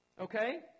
Okay